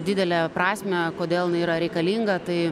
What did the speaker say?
didelę prasmę kodėl jinai yra reikalinga tai